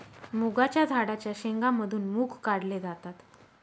मुगाच्या झाडाच्या शेंगा मधून मुग काढले जातात